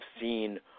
seen